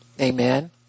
Amen